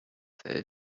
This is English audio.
sell